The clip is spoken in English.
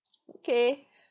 okay